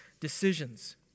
decisions